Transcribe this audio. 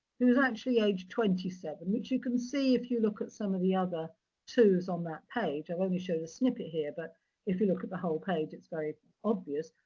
who is actually age twenty seven, which you can see if you look at some of the other twos twos on that page i'll only show the snippet here, but if you look at the whole page it's very obvious.